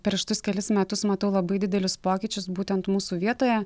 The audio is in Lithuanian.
per šitus kelis metus matau labai didelius pokyčius būtent mūsų vietoje